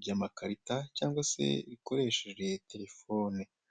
ry'amakarita cyangwa se rikoresheje telefone.